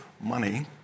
money